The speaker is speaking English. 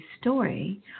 story